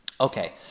Okay